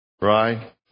right